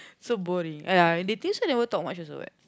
so boring ya and never talk much also what